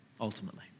ultimately